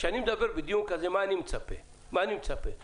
כשאני מדבר בדיון כזה אני מצפה שיידלקו